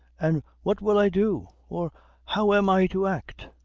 an' what will i do or how am i to act?